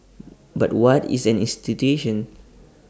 but what is an institution